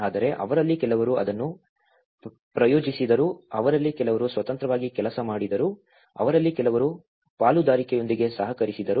ಆದರೆ ಅವರಲ್ಲಿ ಕೆಲವರು ಅದನ್ನು ಪ್ರಾಯೋಜಿಸಿದರು ಅವರಲ್ಲಿ ಕೆಲವರು ಸ್ವತಂತ್ರವಾಗಿ ಕೆಲಸ ಮಾಡಿದರು ಅವರಲ್ಲಿ ಕೆಲವರು ಪಾಲುದಾರಿಕೆಯೊಂದಿಗೆ ಸಹಕರಿಸಿದರು